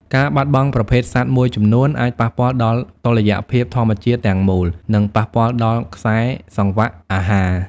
ការបាត់បង់ប្រភេទសត្វមួយចំនួន អាចប៉ះពាល់ដល់តុល្យភាពធម្មជាតិទាំងមូល និងប៉ះពាល់ដល់ខ្សែសង្វាក់អាហារ។